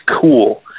cool